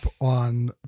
on